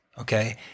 Okay